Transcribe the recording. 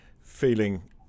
feeling